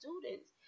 students